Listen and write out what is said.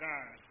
God